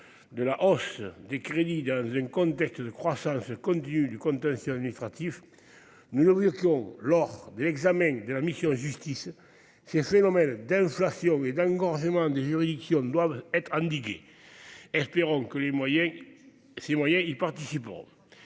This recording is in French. de la hausse des crédits dans un contexte de croissance continue dudit contentieux. Nous le disions lors de l'examen de la mission « Justice », ces phénomènes d'inflation et d'engorgement des juridictions doivent être endigués ; espérons que ces moyens y participeront.